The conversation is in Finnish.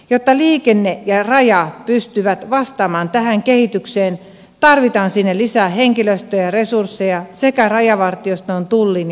jotta liikenne ja raja pystyvät vastaamaan tähän kehitykseen tarvitaan lisää henkilöstöä ja resursseja rajavartiostoon tulliin ja poliisiin